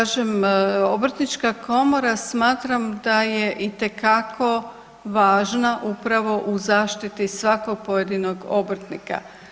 Pa kažem, Obrtnička komora, smatram da je itekako važna upravo u zaštiti svakog pojedinog obrtnika.